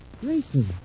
Grayson